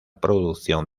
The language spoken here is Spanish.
producción